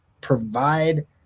provide